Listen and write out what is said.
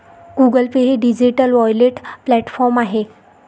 Google Pay हे digital wallet platform आहे